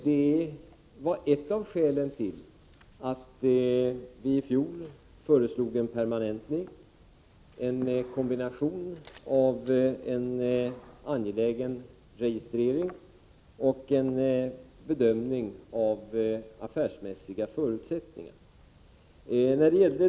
Det var ett av skälen till att vi i fjol föreslog en permanentning — en kombination av en angelägen registrering och en bedömning av affärsmässiga förutsättningar.